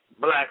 Black